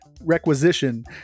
requisition